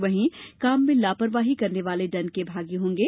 वहीं काम में लापरवाही करने वाले दंड के भागी होंगे